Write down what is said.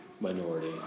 minority